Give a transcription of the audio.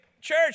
church